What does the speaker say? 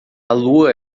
lua